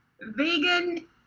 vegan